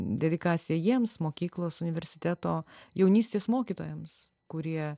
dedikacija jiems mokyklos universiteto jaunystės mokytojams kurie